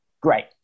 Great